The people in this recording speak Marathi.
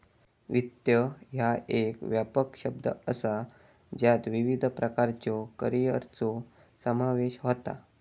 वित्त ह्या एक व्यापक शब्द असा ज्यात विविध प्रकारच्यो करिअरचो समावेश होता